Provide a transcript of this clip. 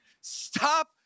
Stop